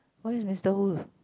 what is mister wolf